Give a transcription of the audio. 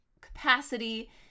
capacity